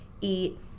eat